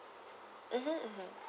mmhmm mmhmm